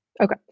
Okay